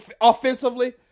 offensively